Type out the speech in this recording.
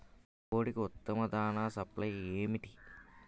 కోడికి ఉత్తమ దాణ సప్లై ఏమిటి?